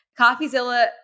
CoffeeZilla